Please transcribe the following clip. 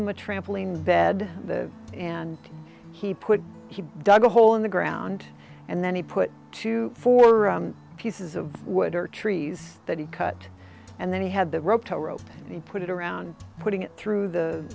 him a trampoline bed and he put he dug a hole in the ground and then he put two four pieces of wood or trees that he cut and then he had the rope to rope and he put it around putting it through the